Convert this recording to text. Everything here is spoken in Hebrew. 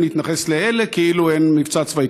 ונתייחס לאלה כאילו אין מבצע צבאי.